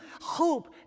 hope